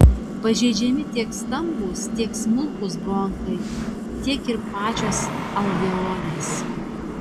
pažeidžiami tiek stambūs tiek smulkūs bronchai tiek ir pačios alveolės